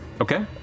Okay